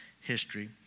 history